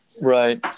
Right